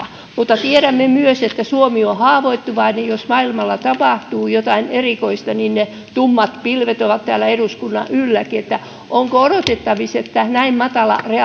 mutta tiedämme myös että suomi on haavoittuvainen ja jos maailmalla tapahtuu jotain erikoista niin ne tummat pilvet ovat täällä eduskunnankin yllä onko odotettavissa että näin matala